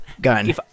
gun